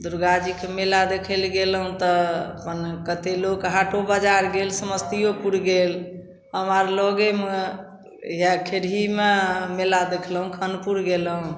दुरगाजीके मेला देखैलए गेलहुँ तऽ अपन कतेक लोक हाटो बजार गेल समस्तिओपुर गेल हम आर लगेमे इएह खेरहीमे मेला देखलहुँ खानपुर गेलहुँ